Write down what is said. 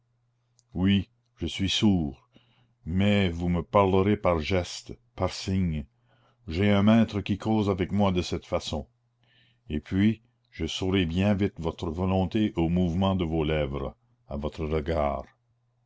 oui je suis sourd mais vous me parlerez par gestes par signes j'ai un maître qui cause avec moi de cette façon et puis je saurai bien vite votre volonté au mouvement de vos lèvres à votre regard